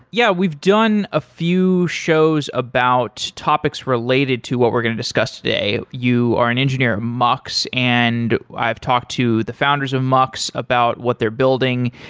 yeah, we've done a few shows about topics related to what we're going to discuss today. you are an engineer at mux, and i've talked to the founders of mux about what they're building.